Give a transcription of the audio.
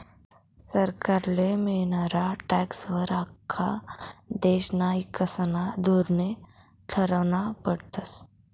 सरकारले मियनारा टॅक्सं वर आख्खा देशना ईकासना धोरने ठरावना पडतस